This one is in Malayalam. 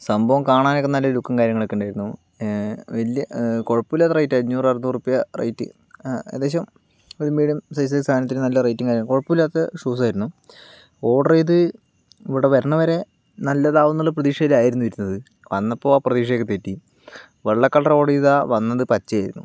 സംഭവം കാണാനൊക്കെ നല്ല ലൂക്കും കാര്യങ്ങളൊക്കെ ഉണ്ടായിരുന്നു വല്യ കുഴപ്പമില്ലാത്ത റേറ്റാ അഞ്ഞൂറ് അറുന്നൂറ് റുപ്യാ റേറ്റ് ഏകദേശം ഒരു മീഡിയം സൈസ് സാധനത്തിന് നല്ല റേറ്റും കാര്യങ്ങളും കൊഴപ്പോല്ലാത്ത ഷൂസായിരുന്നു ഓർഡർ ചെയ്ത് ഇവിടെ വരണ വരെ നല്ലതാവുമെന്നുള്ള പ്രതീക്ഷയിലായിരുന്നു ഇരുന്നത് വന്നപ്പോൾ ആ പ്രതീക്ഷയൊക്കെ തെറ്റി വെള്ള കളർ ഓർഡർ ചെയ്തതാൽ വന്നത് പച്ചയായിരുന്നു